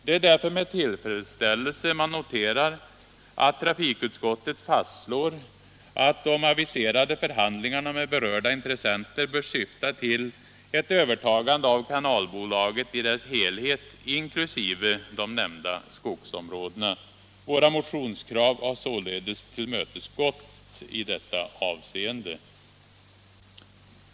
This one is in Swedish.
Det är därför med tillfredsställelse man noterar att trafikutskottet fastslår att de aviserade förhandlingarna med berörda intressenter bör syfta till ett övertagande av kanalbolaget i dess helhet inkl. de nämnda skogsområdena. Våra motionskrav har således tillmötesgåtts i detta avseende.